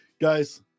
guys